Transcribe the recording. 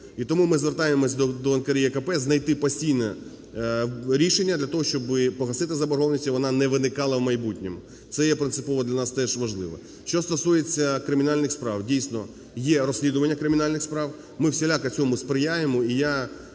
І тому ми звертаємося до НКРЕКП, знайти постійне рішення для того, щоб погасити заборгованість і вона не виникала в майбутньому, це є принципово для нас теж важливо. Що стосується кримінальних справ. Дійсно, є розслідування кримінальних справ, ми всіляко цьому сприяємо,